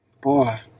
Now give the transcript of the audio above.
Boy